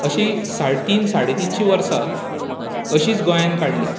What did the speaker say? अशी साडेतीन साडेतीनशीं वर्सां अशीच गोंयान काडलीं